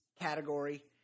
category